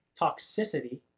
toxicity